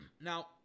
Now